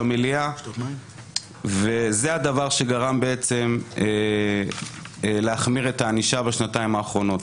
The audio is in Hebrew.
במליאה זה הדבר שגרם בעצם להחמיר את הענישה בשנתיים האחרונות.